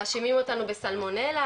מאשימים אותנו בסלמונלה,